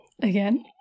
Again